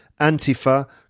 Antifa